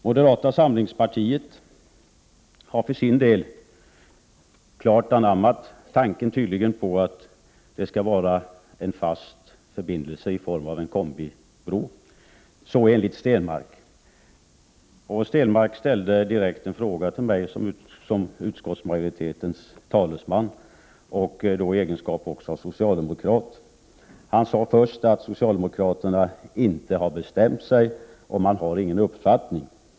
Moderata samlingspartiet för sin del har klart anammat tanken på att det skall vara en fast förbindelse i form av en kombibro — så enligt Per Stenmarck. Stenmarck ställde en direkt fråga till mig som utskottsmajoritetens talesman och socialdemokrat. Han sade först att socialdemokraterna inte har bestämt sig och inte har någon uppfattning.